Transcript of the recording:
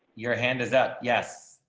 your hand is up. yes.